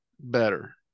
better